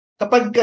kapag